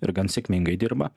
ir gan sėkmingai dirba